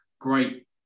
great